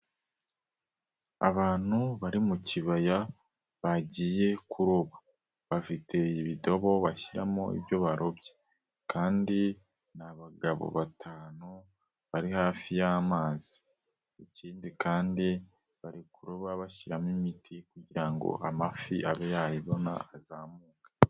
Abantu bari mu kibaya, bagiye kuroba, bafite ibidobo bashyiramo ibyo barobye kandi n'abagabo batanu bari hafi y'amazi, ikindi kandi, barikuroba bashyiramo imiti kugira ngo amafi abe yayibona azamuke.